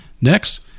Next